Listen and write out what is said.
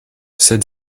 sed